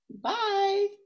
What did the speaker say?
bye